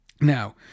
Now